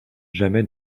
jamais